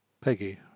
Peggy